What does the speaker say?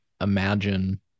imagine